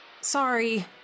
Sorry